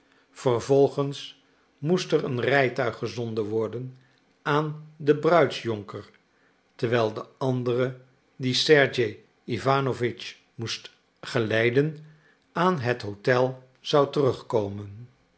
vervolgens moest er een rijtuig gezonden worden aan den bruidsjonker terwijl de andere die sergej iwanowitsch moest geleiden aan het hotel zou terugkomen